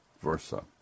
versa